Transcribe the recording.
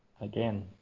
again